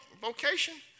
vocation